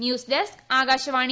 news desk Akashvani